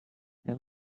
him